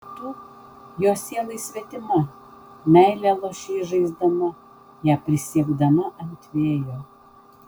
tu jo sielai svetima meilę lošei žaisdama ją prisiekdama ant vėjo